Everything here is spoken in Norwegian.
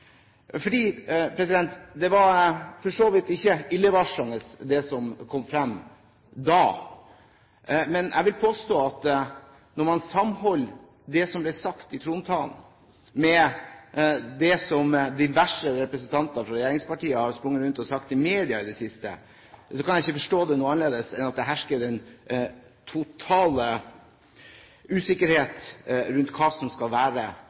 Det var for så vidt ikke illevarslende det som kom frem da, men jeg vil påstå at når man sammenholder det som ble sagt i trontalen med det som diverse representanter fra regjeringspartiene har sprunget rundt og sagt i media i det siste, kan jeg ikke forstå det annerledes enn at det hersker den totale usikkerhet om hva som skal være